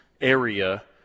area